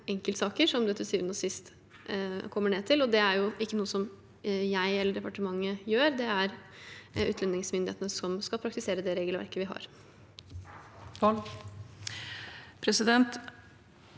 heller ikke noe som jeg eller departementet gjør, det er utlendingsmyndighetene som skal praktisere det regelverket vi har.